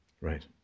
Right